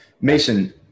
Mason